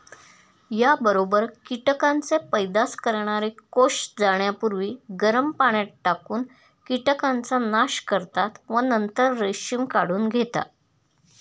याबरोबर कीटकांचे पैदास करणारे कोष जाण्यापूर्वी गरम पाण्यात टाकून कीटकांचा नाश करतात व नंतर रेशीम काढून घेतात